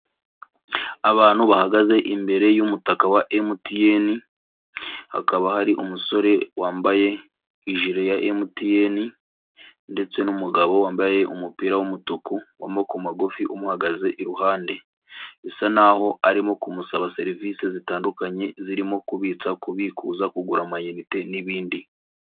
Abantu bahagaze imbere y'umutaka wa MTN, hakaba hari umusore wambaye ijire ya MTN, ndetse n' numugabo wambaye umupira w'umutuku w'amoboko magufi, umuhagaze iruhande. Bisa naho arimo kumusaba serivisi zitandukanye zirimo kubitsa, kubikuza, kugura amayinite n'ibindi.